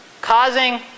causing